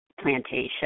plantation